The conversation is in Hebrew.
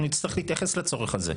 כאשר אנחנו נמצאים איפה אנחנו נמצאים,